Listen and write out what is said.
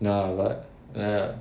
no lah but ya